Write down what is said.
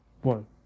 One